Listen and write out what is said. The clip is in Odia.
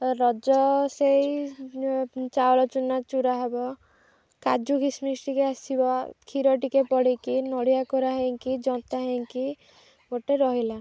ରଜ ସେଇ ଚାଉଳ ଚୁନା ଚୁରା ହେବ କାଜୁ କିିସମିସ୍ ଟିକେ ଆସିବ କ୍ଷୀର ଟିକେ ପଡ଼ିକି ନଡ଼ିଆ ଖୋରା ହେଇକି ଜନ୍ତା ହେଇକି ଗୋଟେ ରହିଲା